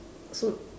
so